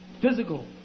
physical